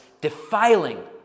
defiling